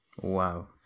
wow